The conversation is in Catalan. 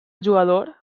jugador